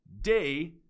day